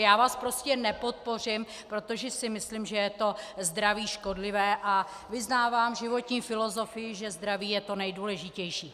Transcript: Já vás prostě nepodpořím, protože si myslím, že je to zdraví škodlivé, a vyznávám životní filozofii, že zdraví je to nejdůležitější.